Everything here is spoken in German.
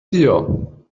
dir